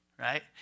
right